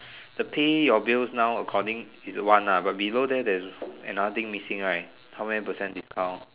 the pay your bills now according is one ah but below there there is another thing missing right how many percent discount